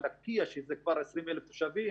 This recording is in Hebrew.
על לקייה שמונה כבר 20,000 תושבים